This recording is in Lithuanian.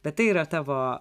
bet tai yra tavo